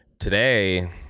today